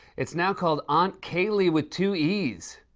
it's now called aunt kaylee with two e's.